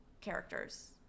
characters